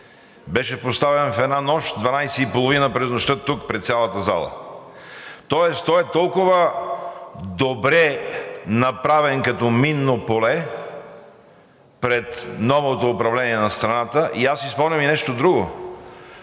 беше поставен в една нощ в 12 и половина през нощта тук пред цялата зала, тоест той е толкова добре направен като минно поле пред новото управление на страната. Аз си спомням и нещо друго